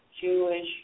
Jewish